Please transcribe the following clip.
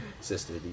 sister